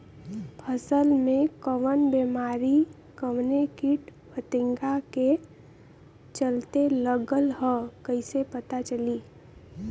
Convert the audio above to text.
फसल में कवन बेमारी कवने कीट फतिंगा के चलते लगल ह कइसे पता चली?